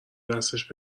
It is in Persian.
دستش